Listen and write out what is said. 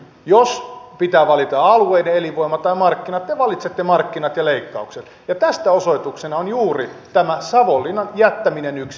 jos pitää valita alueen elinvoima tai markkinat te valitsette markkinat ja leikkaukset ja tästä osoituksena on juuri tämä savonlinnan jättäminen yksin